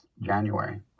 January